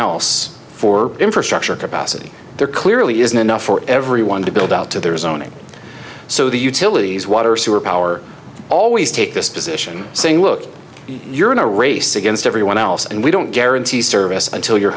else for infrastructure capacity there clearly isn't enough for everyone to build out to their zoning so the utilities water sewer power always take this position saying look you're in a race against everyone else and we don't guarantee service until you're